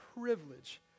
privilege